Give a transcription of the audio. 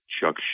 chuck